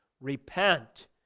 Repent